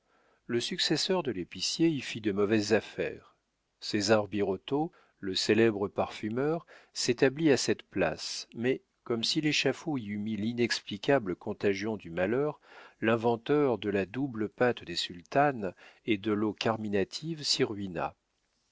le successeur de l'épicier y fit de mauvaises affaires césar birotteau le célèbre parfumeur s'établit à cette place mais comme si l'échafaud y eût mis l'inexplicable contagion du malheur l'inventeur de la double pâte des sultanes et de l'eau carminative s'y ruina